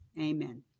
Amen